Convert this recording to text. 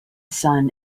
sun